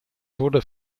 wurde